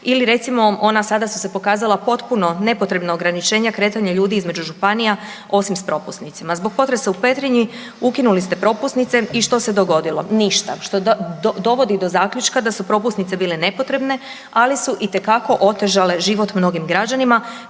ili recimo ona sada su se pokazala potpuno nepotrebno, ograničenja kretanja ljudi između županija osim s propusnicama. Zbog potresa u Petrinji, ukinuli ste propusnice i što se dogodilo? Ništa, što dovodi do zaključka da su propusnice bile nepotrebne ali su itekako otežale život mnogim građanima